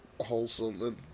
wholesome